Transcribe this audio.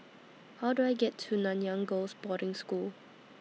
How Do I get to Nanyang Girls' Boarding School